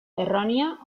errònia